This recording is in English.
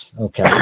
Okay